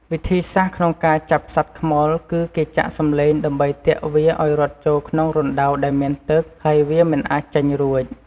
វិធីសាស្ត្រក្នុងការចាប់សត្វខ្មុល គឺគេចាក់សម្លេងដើម្បីទាក់វាឱ្យរត់ចូលក្នុងរណ្ដៅដែលមានទឹក ហើយវាមិនអាចចេញរួច។